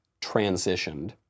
transitioned